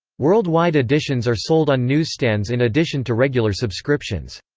worldwide editions are sold on newsstands in addition to regular subscriptions.